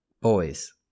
boys